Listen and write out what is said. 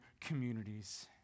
communities